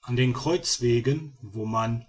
an den kreuzwegen wo man